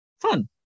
fun